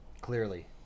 Clearly